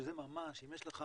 שזה ממש אם יש לך